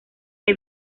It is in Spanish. que